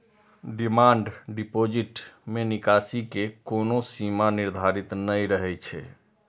demand deposit मे निकासी के कोनो सीमा निर्धारित नै रहै छै